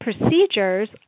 procedures